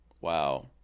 wow